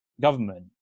government